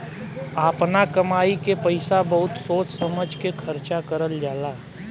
आपना कमाई के पईसा बहुत सोच समझ के खर्चा करल जाला